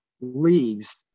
leaves